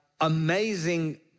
amazing